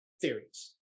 Theories